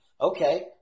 Okay